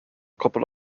couple